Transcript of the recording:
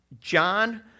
John